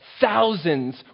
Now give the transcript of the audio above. thousands